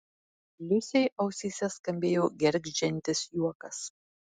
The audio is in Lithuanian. liusei ausyse skambėjo gergždžiantis juokas